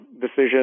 decision